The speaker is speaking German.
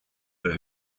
der